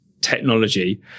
technology